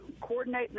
coordinate